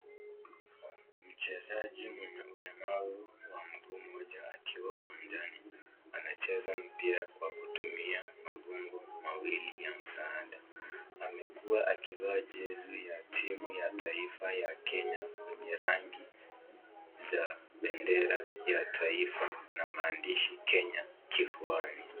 Mchezaji mwenye ulemavu wa mguu moja akiwa uwanjani. Anacheza mpira kwa kutumia magongo mawili ya msaada. Amekuwa akivaa jezi ya timu ya taifa ya Kenya wenye rangi za bendera ya taifa na maandishi "Kenya" kifuani.